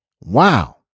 Wow